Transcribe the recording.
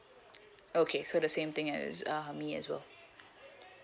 okay so the same thing as uh me as well